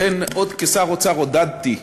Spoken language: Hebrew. לכן, עוד כשר אוצר עודדתי,